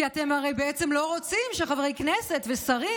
כי אתם הרי בעצם לא רוצים שחברי כנסת ושרים,